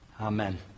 amen